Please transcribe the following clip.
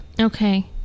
Okay